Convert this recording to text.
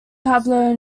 pablo